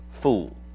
fool